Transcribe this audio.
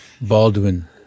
Baldwin